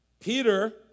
Peter